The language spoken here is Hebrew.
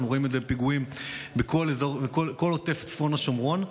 אנחנו רואים את זה בפיגועים בכל עוטף צפון השומרון.